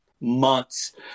months